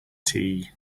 tea